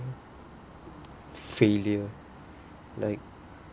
failure like